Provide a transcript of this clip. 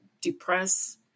depress